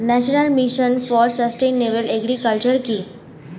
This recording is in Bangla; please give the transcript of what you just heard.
National mission for sustainable agriculture কি?